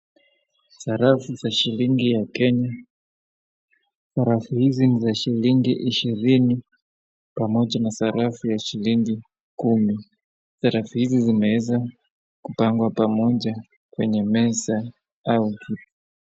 Sarafu za shilingi ya Kenya. Sarafu hizi ni za shilingi ishirini pamoja na sarafu ya shilingi kumi. Sarafu hizi zimeeza kupangwa pamoja kwenye meza au...